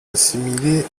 assimilé